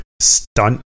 stunt